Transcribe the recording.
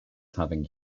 having